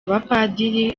abapadiri